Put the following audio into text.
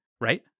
right